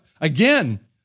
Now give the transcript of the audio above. Again